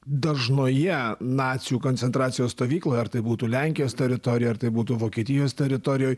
dažnoje nacių koncentracijos stovykloj ar tai būtų lenkijos teritorijoj ar tai būtų vokietijos teritorijoj